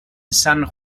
san